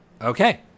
Okay